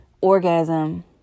orgasm